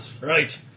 Right